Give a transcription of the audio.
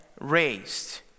raised